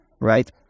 right